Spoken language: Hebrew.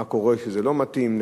מה קורה כשזה לא מתאים,